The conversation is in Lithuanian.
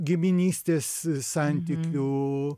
giminystės santykių